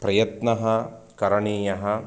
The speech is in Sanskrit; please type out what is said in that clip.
प्रयत्नः करणीयः